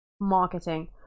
marketing